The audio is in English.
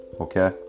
okay